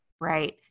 right